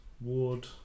Ward